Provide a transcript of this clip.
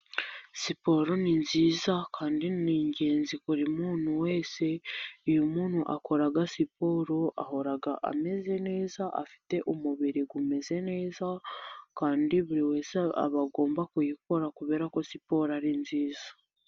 Siporo ni nziza kandi ni ingenzi kuri buri muntu wese. Iyo umuntu akora siporo, ahora ameze neza afite umubiri umeze neza, kandi buri wese aba agomba kuyikora, kubera ko siporo ari nziza.